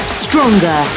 stronger